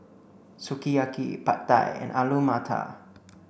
Sukiyaki Pad Thai and Alu Matar